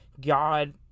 god